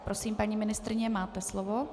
Prosím, paní ministryně, máte slovo.